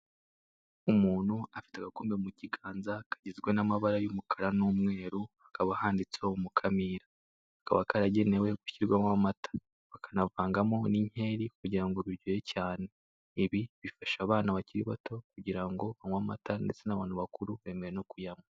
Umuntu afite agakombe mu kiganza kagizwe n'amabara y'umkara n'umweru hakaba kanditseho Mukamira. Kakaba karagenewe gushyirwamo amata bakanavangamo n'inyeri kugira ngo biryohe cyane. Ibi bifasha abana bakiri bato kugira ngo banywe amata ndetse n'abantu bakuru bemerewe no kuyanywa.